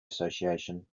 association